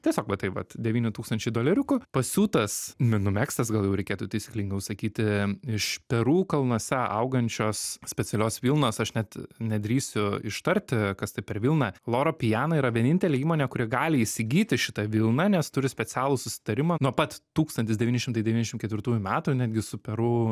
tiesiog va taip vat devyni tūkstančiai doleriukų pasiūtas mi numegztas gal jau reikėtų taisyklingiau sakyti iš peru kalnuose augančios specialios vilnos aš net nedrįsiu ištarti kas tai per vilna loro piana yra vienintelė įmonė kuri gali įsigyti šitą vilną nes turi specialų susitarimą nuo pat tūkstantis devyni šimtai devyniasdešim ketvirtųjų metų netgi su peru